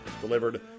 delivered